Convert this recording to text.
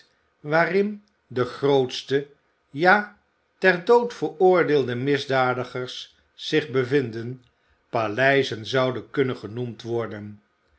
waarin de grootste ja ter dood veroordeelde misdadigers zich bevinden paleizen zouden kunnen genoemd worden